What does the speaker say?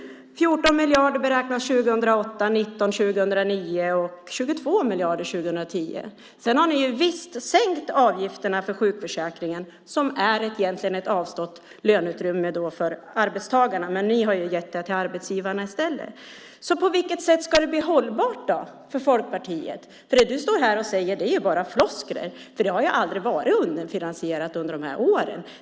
14 miljarder beräknas 2008, 19 miljarder 2009 och 22 miljarder 2010. Sedan har ni visst sänkt avgifterna för sjukförsäkringen. Det är egentligen ett avstått löneutrymme för arbetstagarna, men ni har gett det till arbetsgivarna i stället. På vilket sätt ska det bli hållbart för Folkpartiet? Det du står här och säger är bara floskler. Det har aldrig varit underfinansierat under de här åren.